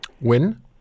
Win